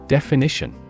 Definition